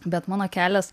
bet mano kelias